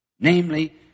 namely